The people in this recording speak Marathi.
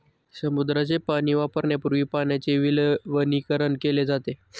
समुद्राचे पाणी वापरण्यापूर्वी पाण्याचे विलवणीकरण केले जाते